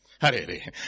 Hurry